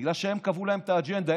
בגלל שהם קבעו להם את האג'נדה,